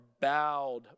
bowed